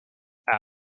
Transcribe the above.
out